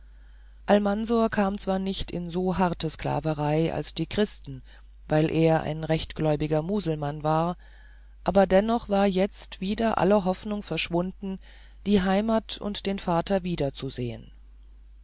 almansor kam zwar nicht in so harte sklaverei als die christen weil er ein rechtgläubiger muselmann war aber dennoch war jetzt wieder alle hoffnung verschwunden die heimat und den vater wiederzusehen